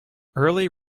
early